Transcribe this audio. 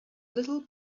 little